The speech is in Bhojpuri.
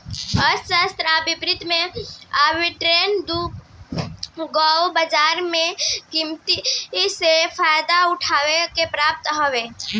अर्थशास्त्र आ वित्त में आर्बिट्रेज दू गो बाजार के कीमत से फायदा उठावे के प्रथा हवे